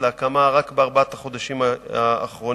להקמה רק בארבעת החודשים האחרונים: